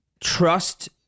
trust